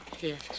Yes